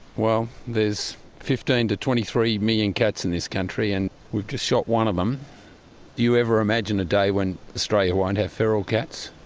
well, there fifteen and twenty three million cats in this country and you've just shot one of them. do you ever imagine a day when australia won't have feral cats?